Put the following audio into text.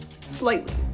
slightly